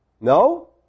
No